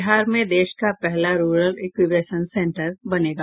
बिहार में देश का पहला रूरल इन्क्यूबेशन सेंटर बनेगा